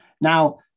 Now